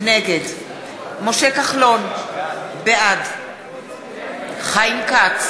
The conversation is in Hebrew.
נגד משה כחלון, בעד חיים כץ,